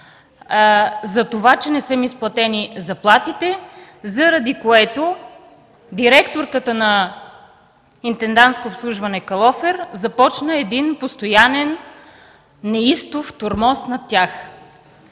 за това, че не са им изплатени заплатите, заради което директорката на „Интендантско обслужване – клон Калофер” започна един постоянен, неистов тормоз над тях.